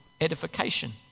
edification